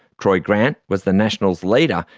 troy grant was the nationals leader,